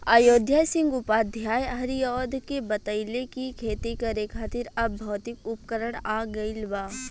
अयोध्या सिंह उपाध्याय हरिऔध के बतइले कि खेती करे खातिर अब भौतिक उपकरण आ गइल बा